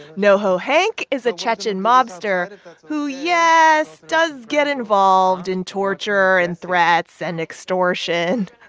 noho hank is a chechen mobster who, yes, does get involved in torture and threats and extortion.